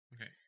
Okay